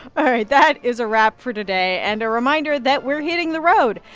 all right. that is a wrap for today and a reminder that we're hitting the road,